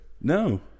No